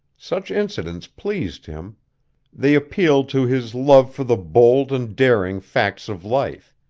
such incidents pleased him they appealed to his love for the bold and daring facts of life.